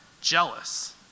jealous